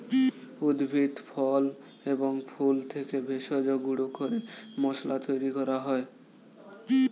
উদ্ভিদ, ফল এবং ফুল থেকে ভেষজ গুঁড়ো করে মশলা তৈরি করা হয়